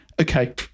okay